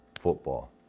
football